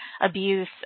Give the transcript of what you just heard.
abuse